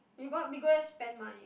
we got we go there spend money what